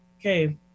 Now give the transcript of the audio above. Okay